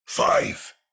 Five